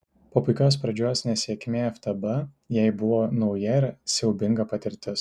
po puikios pradžios nesėkmė ftb jai buvo nauja ir siaubinga patirtis